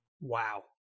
Wow